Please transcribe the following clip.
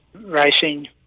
racing